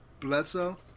Bledsoe